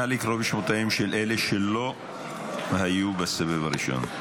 נא לקרוא בשמותיהם של אלה שלא היו בסבב הראשון.